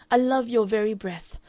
i love your very breath.